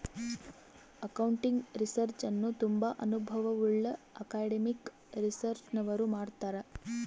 accounting research ಅನ್ನು ತುಂಬಾ ಅನುಭವವುಳ್ಳ ಅಕಾಡೆಮಿಕ್ ರಿಸರ್ಚ್ನವರು ಮಾಡ್ತರ್